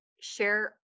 share